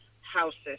houses